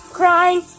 crying